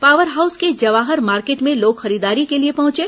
power house के Jawahar market में लोग ंखरीदारी के लिए पहचे